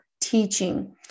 teaching